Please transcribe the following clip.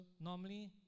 normally